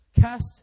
Cast